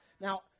Now